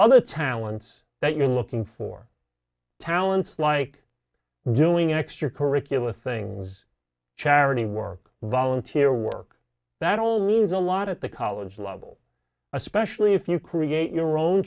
of the talents that you're looking for talents like doing extracurricular things charity work volunteer work that all means a lot at the college level especially if you create your own